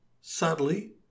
subtly